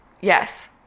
Yes